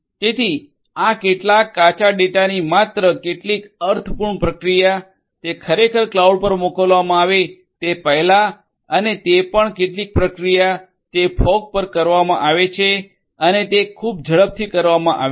તેથી આ કેટલાક કાચા ડેટાની માત્ર કેટલીક અર્થપૂર્ણ પ્રક્રિયા તે ખરેખર કલાઉડ પર મોકલવામાં આવે તે પહેલાં અને તે પણ કેટલીક પ્રક્રિયા તે ફોગ પર કરવામાં આવે છે અને તે ખૂબ ઝડપથી કરવામાં આવે છે